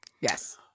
Yes